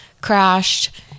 crashed